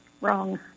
wrong